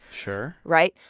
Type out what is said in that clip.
sure. right?